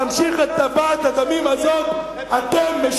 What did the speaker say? ימשיך את טבעת הדמים הזאת עד תום.